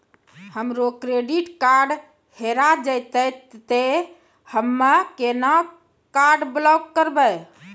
हमरो credit card हेरा जेतै ते हम्मय केना कार्ड ब्लॉक करबै?